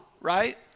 right